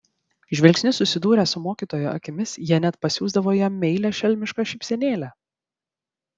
žvilgsniu susidūrę su mokytojo akimis jie net pasiųsdavo jam meilią šelmišką šypsenėlę